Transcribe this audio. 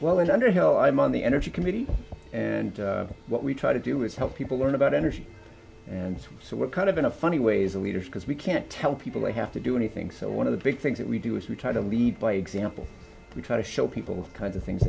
at underhill i'm on the energy committee and what we try to do is help people learn about energy and so we're kind of in a funny ways a leader because we can't tell people they have to do anything so one of the big things that we do is we try to lead by example we try to show people kind of thin